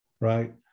right